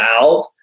valve